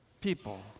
people